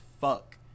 fuck